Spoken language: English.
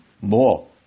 more